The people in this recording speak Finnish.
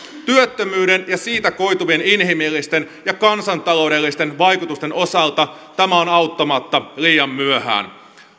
työttömyyden ja siitä koituvien inhimillisten ja kansantaloudellisten vaikutusten osalta tämä on auttamatta liian myöhään